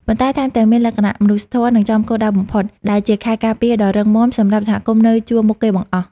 ប៉ុន្តែថែមទាំងមានលក្ខណៈមនុស្សធម៌ និងចំគោលដៅបំផុត ដែលជាខែលការពារដ៏រឹងមាំសម្រាប់សហគមន៍នៅជួរមុខគេបង្អស់។